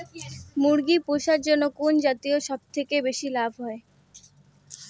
মুরগি পুষার জন্য কুন জাতীয় সবথেকে বেশি লাভ হয়?